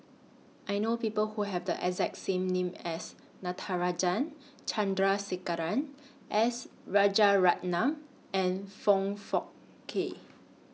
I know People Who Have The exact same name as Natarajan Chandrasekaran S Rajaratnam and Foong Fook Kay